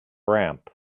ramp